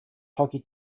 hockey